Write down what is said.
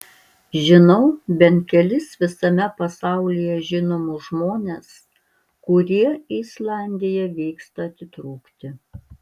žinau bent kelis visame pasaulyje žinomus žmones kurie į islandiją vyksta atitrūkti